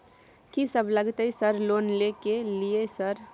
कि सब लगतै सर लोन ले के लिए सर?